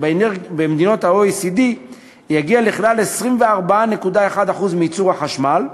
במדינות ה-OECD יגיע לכלל 24.1% מייצור החשמל,